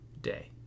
Day